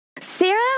Sarah